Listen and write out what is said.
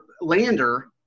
lander